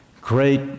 Great